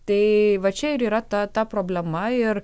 tai va čia ir yra ta ta problema ir